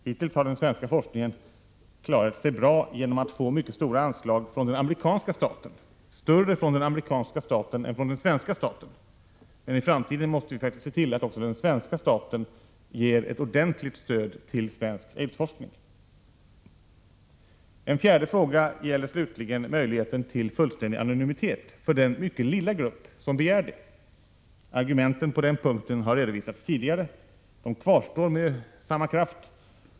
Hittills har den svenska forskningen klarat sig bra genom att den fått stora anslag av den amerikanska staten, större än från den svenska staten, men i framtiden måste vi säkert se till att också den svenska staten ger ett ordentligt stöd till svensk aidsforskning. En fjärde fråga slutligen gäller möjligheten till fullständig anonymitet för den lilla grupp som begär det. Argumenten på den punkten har redovisats förut. De kvarstår med samma kraft.